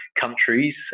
Countries